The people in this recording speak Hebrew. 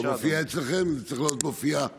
(תיקון, העברת משכנתה בין בנקים),